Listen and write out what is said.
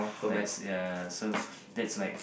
like so ya so that's like